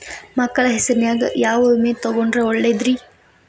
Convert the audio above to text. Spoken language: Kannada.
ಮಕ್ಕಳ ಹೆಸರಿನ್ಯಾಗ ಯಾವ ವಿಮೆ ತೊಗೊಂಡ್ರ ಒಳ್ಳೆದ್ರಿ?